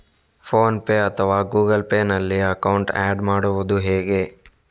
Phone pay ಅಥವಾ Google Pay ನಲ್ಲಿ account add ಮಾಡುವುದು ಹೇಗೆ?